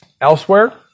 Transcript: elsewhere